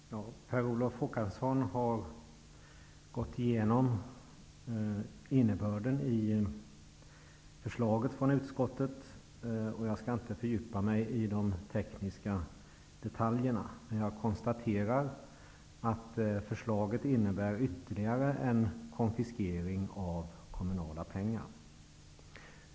Herr talman! Per Olof Håkansson har gått igenom innebörden i förslaget från utskottet, och jag skall inte fördjupa mig i de tekniska detaljerna. Jag konstaterar ändå att förslaget innebär ytterligare en konfiskering av kommunala pengar.